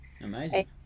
Amazing